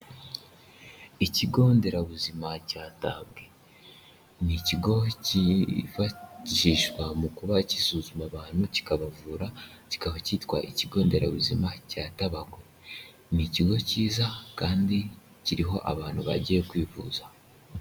Ikigo nderabuzima cya Tabagwe, ni ikigo kifashishwa mu kuba gisuzuma abantu kikabavura kikaba cyitwa ikigo nderabuzima cya Tabagwe, ni ikigo cyiza kandi kiriho abantu bagiye kwivuza.